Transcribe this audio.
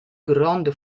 gronda